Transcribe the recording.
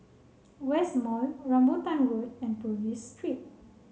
West Mall Rambutan Road and Purvis Street